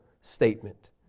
statement